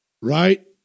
right